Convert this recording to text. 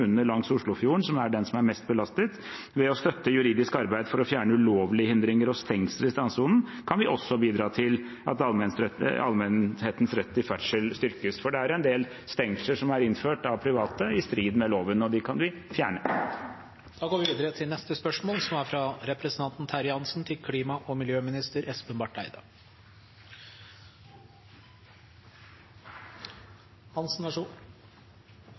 langs Oslofjorden, som er den som er mest belastet. Ved å støtte juridisk arbeid for å fjerne ulovlige hindringer og stengsler i strandsonen kan vi også bidra til at allmennhetens rett til ferdsel styrkes, for det er en del stengsler som er innført av private i strid med loven, og dem kan vi fjerne. «På 1950-tallet satte russiske forskere ut stillehavslaks på Kola. Arten spredte seg så til Norge og